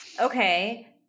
Okay